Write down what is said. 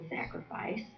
sacrifice